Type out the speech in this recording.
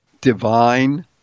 Divine